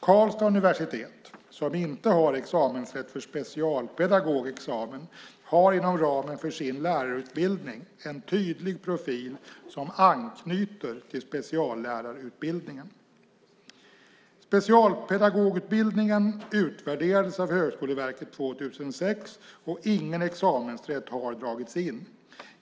Karlstads universitet, som inte har examensrätt för specialpedagogexamen, har inom ramen för sin lärarutbildning en tydlig profil som anknyter till speciallärarutbildningen. Specialpedagogutbildningen utvärderades av Högskoleverket 2006, och ingen examensrätt har dragits in.